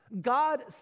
God